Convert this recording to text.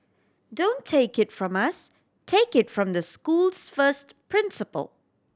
don't take it from us take it from the school's first principal